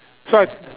so I